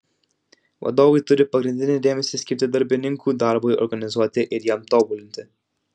vadovai turi pagrindinį dėmesį skirti darbininkų darbui organizuoti ir jam tobulinti